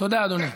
תודה, אדוני.